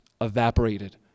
evaporated